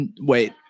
wait